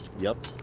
yep.